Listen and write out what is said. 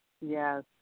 Yes